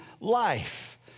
life